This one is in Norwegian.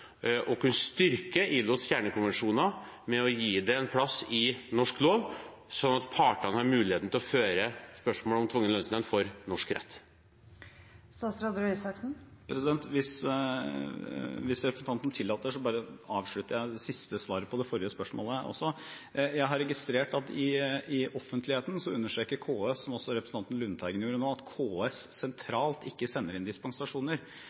å kunne styrke ILOs kjernekonvensjoner ved å gi dem en plass i norsk lov, sånn at partene har muligheten til å føre spørsmål om tvungen lønnsnemnd for norsk rett? Hvis representanten tillater det, avslutter jeg siste del av svaret på det forrige spørsmålet også. Jeg har registrert at i offentligheten understreker KS, som også representanten Lundteigen gjorde nå, at KS sentralt ikke sender inn dispensasjoner.